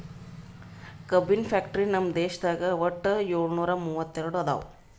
ಕಬ್ಬಿನ್ ಫ್ಯಾಕ್ಟರಿ ನಮ್ ದೇಶದಾಗ್ ವಟ್ಟ್ ಯೋಳ್ನೂರಾ ಮೂವತ್ತೆರಡು ಅದಾವ್